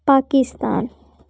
Pakistan